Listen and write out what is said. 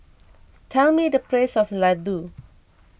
tell me the price of Laddu